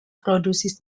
produces